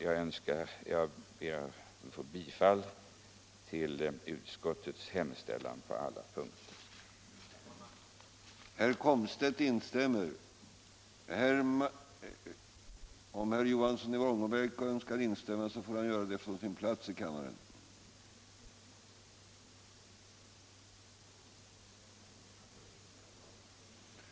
Jag yrkar bifall till utskottets hemställan på alla punkter.